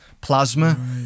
Plasma